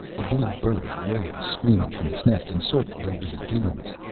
a blue bird rose screaming from its nest and circled over the dunes,